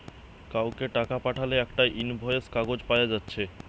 কাউকে টাকা পাঠালে একটা ইনভয়েস কাগজ পায়া যাচ্ছে